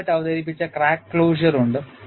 Ilbert അവതരിപ്പിച്ച crack closure ഉണ്ട്